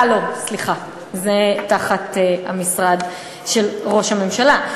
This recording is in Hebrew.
אה, לא, סליחה, זה תחת המשרד של ראש הממשלה.